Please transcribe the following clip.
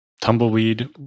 Tumbleweed